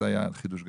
אז זה היה חידוש גדול.